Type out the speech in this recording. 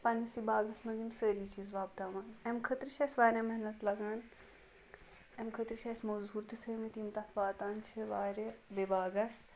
أسۍ چھِ پَننِسٕے باغس منٛز یِم سٲری چیٖز وۄپداوان اَمہِ خٲطرٕ چھِ أسۍ واریاہ محنت لگان اَمہِ خٲطرٕ چھِ اَسہِ موٚزوٗر تہِ تھٲومٕتۍ یِم تَتھ واتانۍ چھِ وارِ بیٚیہِ باغس